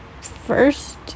First